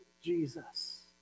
Jesus